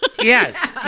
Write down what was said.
yes